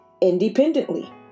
independently